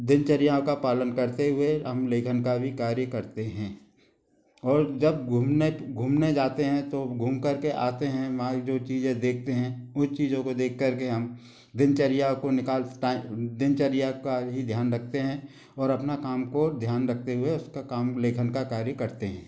दिनचर्यां का पालन करते हुए हम लेखन का भी कार्य करते हैं और जब घूमने घूमने जाते हैं तो घूम करके आते हैं वहाँ जो चीजें देखते हैं उस चीजों को देख करके हम दिनचर्या को निकाल दिनचर्या का ही ध्यान रखते हैं और अपना काम को ध्यान रखते हुए उसका काम लेखन का कार्य करते हैं